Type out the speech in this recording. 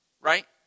right